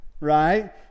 right